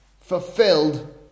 fulfilled